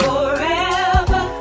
forever